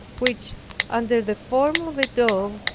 which under the form of a dove,